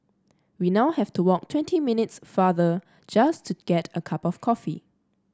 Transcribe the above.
we now have to walk twenty minutes farther just to get a cup of coffee